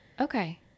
okay